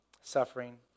suffering